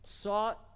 sought